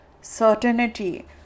certainty